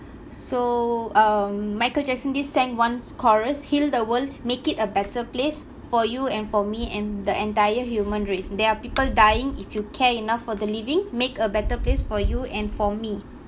so uh michael jackson did sang one chorus heal the world make it a better place for you and for me and the entire human race there are people dying if you care enough for the living make a better place for you and for me